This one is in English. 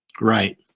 Right